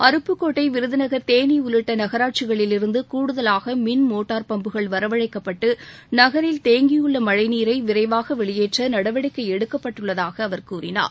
அருப்புக்கோட்டை விருதநகர் தேனி உள்ளிட்ட நகராட்சிகளிலிருந்து கூடுதலாக மின்மோட்டார் பம்புகள் வரவழைக்கப்பட்டு நகரில் தேங்கியுள்ள மழைநீரை விரைவாக வெளியேற்ற நடவடிக்கை எடுக்கப்பட்டுள்ளதாக அவர் கூறினார்